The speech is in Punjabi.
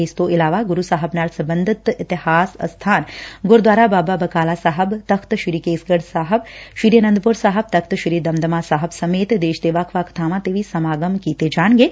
ਇਸ ਤੋਂ ਇਲਾਵਾ ਗੁਰ ਸਾਹਿਬ ਨਾਲ ਸਬੰਧਤ ਇਤਿਹਾਸ ਅਸਬਾਨ ਗੁਰਦੁਆਰਾ ਬਾਬਾ ਬਕਾਲਾ ਸਾਹਿਬ ਤਖ਼ਤ ਸ੍ਰੀ ਕੇਸਗੜੁ ਸਾਹਿਬ ਸ੍ਰੀ ਅਨੰਦਪੁਰ ਸਾਹਿਬ ਤਖ਼ਤ ਸ੍ਰੀ ਦਮਦਮਾ ਸਾਹਿਬ ਸਮੇਤ ਦੇਸ਼ ਦੇ ਵੱਖ ਵੱਖ ਬਾਵਾਂ ਤੇ ਵੀ ਸਮਾਗਮ ਆਯੋਜਿਤ ਕੀਤੇ ਜਾਣਗੇ